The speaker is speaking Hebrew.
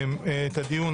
כבר בנושא את הדיון,